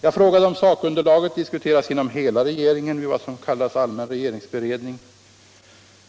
Jag frågade om sakunderlaget diskuterats inom hela regeringen vid vad som kallas allmän regeringsberedning.